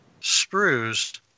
sprues